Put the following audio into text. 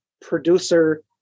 producer